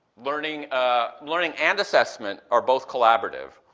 learning ah learning and assessment are both collaborative,